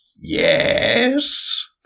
yes